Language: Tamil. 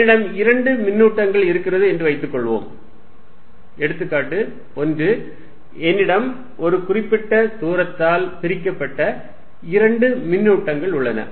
என்னிடம் இரண்டு மின்னூட்டங்கள் இருக்கிறது என்று வைத்துக்கொள்வோம் எடுத்துக்காட்டு ஒன்று என்னிடம் ஒரு குறிப்பிட்ட தூரத்தால் பிரிக்கப்பட்ட இரண்டு மின்னூட்டங்கள் உள்ளன